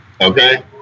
Okay